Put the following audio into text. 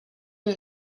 you